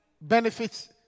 benefits